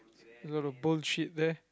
lotta bullshit there